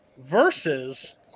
versus